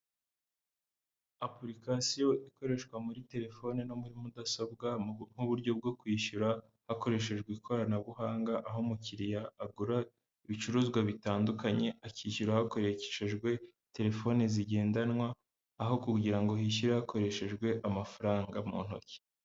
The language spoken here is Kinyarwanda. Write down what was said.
Apurikasiyo ikoreshwa muri terefone no muri mudasobwa nk'uburyo bwo kwishyura hakoreshejwe ikoranabuhanga, aho umukiriya agura ibicuruzwa bitandukanye, akishyura hakoreshejwe terefoni zigendanwa, aho kugira ngo hishyure hakoreshejwe amafaranga mu ntoki.